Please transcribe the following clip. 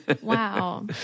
Wow